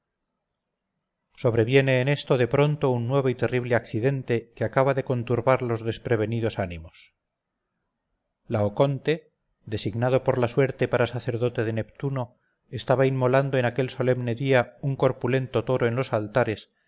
sobreviene en esto de pronto un nuevo y terrible accidente que acaba de conturbar los desprevenidos ánimos laoconte designado por la suerte para sacerdote de neptuno estaba inmolando en aquel solemne día un corpulento toro en los altares